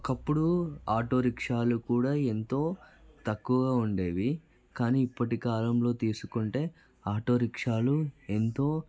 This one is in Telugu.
ఒకప్పుడు ఆటోరిక్షాలు కూడా ఎంతో తక్కువగా ఉండేవి కానీ ఇప్పటి కాలంలో తీసుకుంటే ఆటోరిక్షాలు ఎంతో